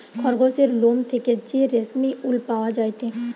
খরগোসের লোম থেকে যে রেশমি উল পাওয়া যায়টে